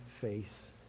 face